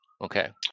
okay